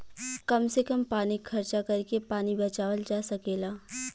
कम से कम पानी खर्चा करके पानी बचावल जा सकेला